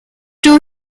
two